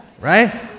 Right